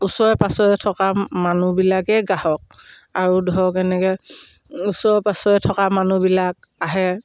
ওচৰে পাঁজৰে থকা মানুহবিলাকেই গ্ৰাহক আৰু ধৰক এনেকে ওচৰে পাঁজৰে থকা মানুহবিলাক আহে